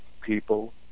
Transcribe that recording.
people